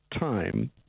time